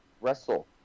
wrestle